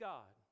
God